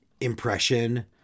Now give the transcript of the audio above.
impression